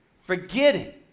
Forgetting